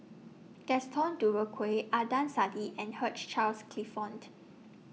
Gaston Dutronquoy Adnan Saidi and Hugh Charles Clifford